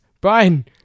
Brian